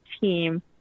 team